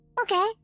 Okay